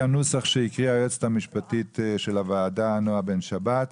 הנוסח שהקריאה היועצת המשפטית של הוועדה נעה בן שבת.